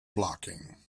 blocking